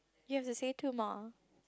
you have to say two more